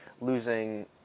losing